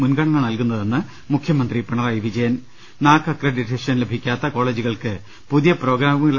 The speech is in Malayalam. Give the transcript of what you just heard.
മുൻഗണന നൽകുന്ന തെന്ന് മുഖ്യമന്ത്രി പിണറായി വിജയൻ നാക് അക്രഡിറ്റേഷൻ ലഭിക്കാത്ത കോളേജുകൾക്ക് പുതിയ പ്രോഗ്രാമുകൾ